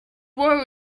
war